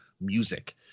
music